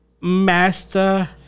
Master